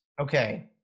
Okay